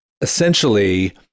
essentially